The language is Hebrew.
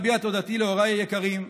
אביע תודתי להוריי היקרים,